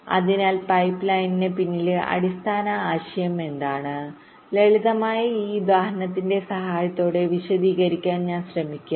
അതിനാൽ പൈപ്പ്ലൈനിന് പിന്നിലെ അടിസ്ഥാന ആശയം എന്താണ് ലളിതമായ ഈ ഉദാഹരണത്തിന്റെ സഹായത്തോടെ വിശദീകരിക്കാൻ ഞാൻ ശ്രമിക്കാം